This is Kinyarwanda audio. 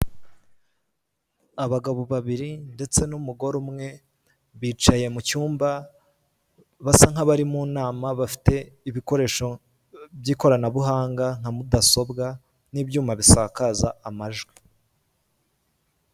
Abagabo babiri ndetse n'umugore umwe bicaye mu cyumba, basa nk'abari mu nama bafite ibikoresho by'ikoranabuhanga nka mudasobwa n'ibyuma bisakaza amajwi.